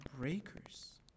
breakers